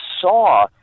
saw